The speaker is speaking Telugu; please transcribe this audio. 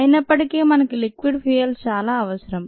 అయినప్పటికీ మనకు లిక్విడ్ ఫ్యూయల్స్ చాలా అవసరం